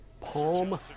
palm